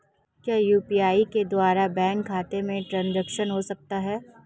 क्या यू.पी.आई के द्वारा बैंक खाते में ट्रैन्ज़ैक्शन हो सकता है?